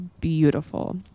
beautiful